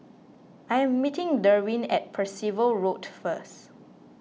I am meeting Derwin at Percival Road first